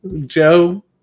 Joe